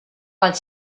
while